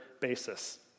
basis